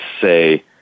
say